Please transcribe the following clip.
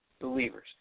believers